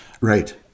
Right